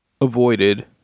avoided